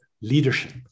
leadership